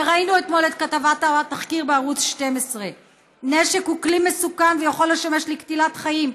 וראינו אתמול את כתבת התחקיר בערוץ 12. נשק הוא כלי מסוכן ויכול לשמש לקטילת חיים,